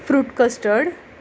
fruit custard